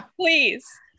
please